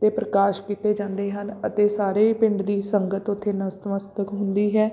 'ਤੇ ਪ੍ਰਕਾਸ਼ ਕੀਤੇ ਜਾਂਦੇ ਹਨ ਅਤੇ ਸਾਰੇ ਪਿੰਡ ਦੀ ਸੰਗਤ ਉੱਥੇ ਨਤਮਸਤਕ ਹੁੰਦੀ ਹੈ